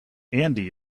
andy